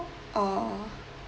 or